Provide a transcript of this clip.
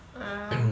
ah